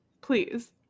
Please